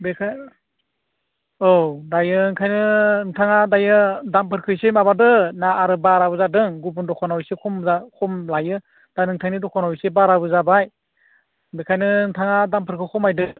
बेखो औ दायो ओंखायनो नोंथाङा दायो दामफोरखो एसे माबादो आरो दामआबो बारा जादों गुबुन दखानाव एसे खम खम लायो दा नोंथांनि दखानाव एसे बाराबो जाबाय बेखायनो नोंथाङा दामफोरखौ खमायदो